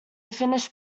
finished